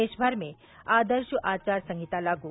देशभर में आदर्श आचार संहिता लागू